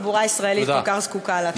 התחבורה הישראלית כל כך זקוקה לו.